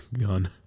gun